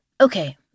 Okay